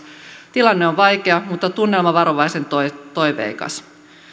tilanne on vaikea mutta tunnelma varovaisen toiveikas